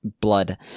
blood